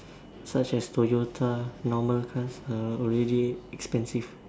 such as Toyota normal cars are already expensive